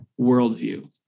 worldview